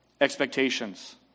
expectations